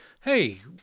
Hey